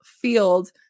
field